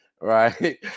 Right